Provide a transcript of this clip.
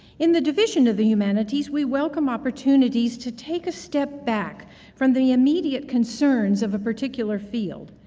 in the division of the humanities, we welcome opportunities to take a step back from the immediate concerns of a particular field.